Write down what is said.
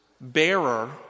Bearer